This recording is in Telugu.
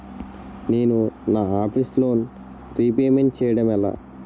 నేను నా ఆఫీస్ లోన్ రీపేమెంట్ చేయడం ఎలా?